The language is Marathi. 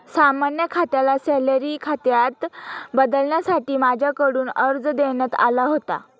सामान्य खात्याला सॅलरी खात्यात बदलण्यासाठी माझ्याकडून अर्ज देण्यात आला होता